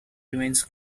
remains